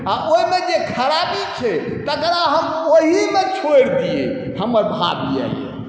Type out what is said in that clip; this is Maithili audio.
आओर ओहिमे जे खराबी छै तकरा हम ओहीमे छोड़ि दिए हमर भाव इएह अइ